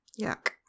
yuck